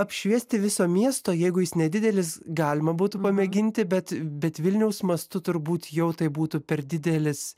apšviesti viso miesto jeigu jis nedidelis galima būtų pamėginti bet bet vilniaus mastu turbūt jau tai būtų per didelis